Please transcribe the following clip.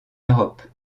europe